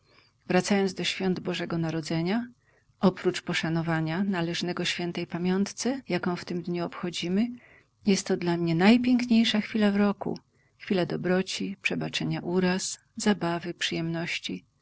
wracając do świąt bożego narodzenia oprócz poszanowania należnego świętej pamiątce jaką w tym dniu obchodzimy jest to dla mnie najpiękniejsza chwila w roku chwila dobroci przebaczenia uraz zabawy przyjemności